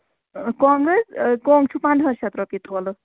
کۄنٛگ حظ کۄنٛگ چھُ پنٛداہ شتھ رۄپیہِ تولہٕ